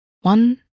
One